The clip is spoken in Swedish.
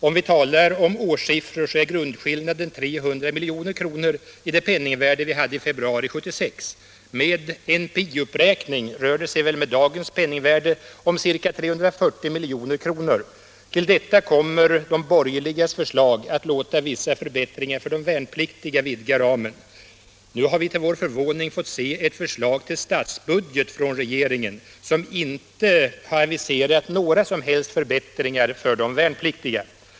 Om vi talar om årssiffror så är grundskillnaden 300 milj.kr. i det penningvärde vi hade i februari 1976. Med NPI-uppräkning rör det sig väl i dagens penningvärde om ca 340 milj.kr. Till detta kommer de borgerligas förslag att låta vissa förbättringar för de värnpliktiga vidga ramen. Nu har vi till vår förvåning fått se ett förslag till statsbudget från regeringen, som inte har aviserat några som helst förbättringar för de värnpliktiga.